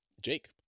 jake